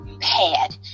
pad